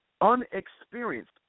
unexperienced